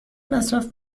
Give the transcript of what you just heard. مصرف